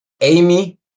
Amy